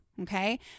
okay